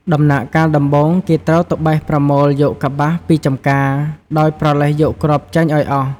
ដំណាក់កាលដំបូងគេត្រូវទៅបេះប្រមូលយកកប្បាសពីចម្ការ ដោយប្រឡេះយកគ្រាប់ចេញឲ្យអស់។